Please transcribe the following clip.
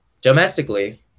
domestically